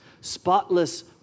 spotless